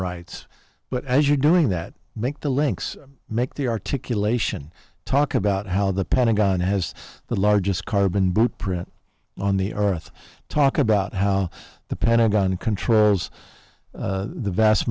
rights but as you're doing that make the links make the articulation talk about how the pentagon has the largest carbon blueprint on the earth talk about how the pentagon control the vast